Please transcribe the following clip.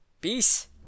peace